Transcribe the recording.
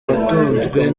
atunzwe